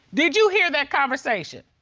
did you hear that conversation?